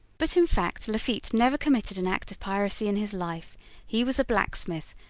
but, in fact, lafitte never committed an act of piracy in his life he was a blacksmith,